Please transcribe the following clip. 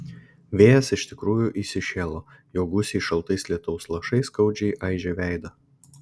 vėjas iš tikrųjų įsišėlo jo gūsiai šaltais lietaus lašais skaudžiai aižė veidą